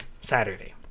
Saturday